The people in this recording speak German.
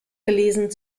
gelesen